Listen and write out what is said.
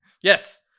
Yes